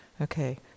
Okay